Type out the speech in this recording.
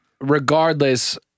regardless